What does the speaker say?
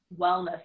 wellness